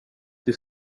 till